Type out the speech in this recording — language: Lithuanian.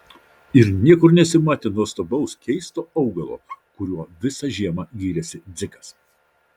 ir niekur nesimatė nuostabaus keisto augalo kuriuo visą žiemą gyrėsi dzikas